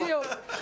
בדיוק,